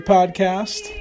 Podcast